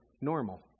normal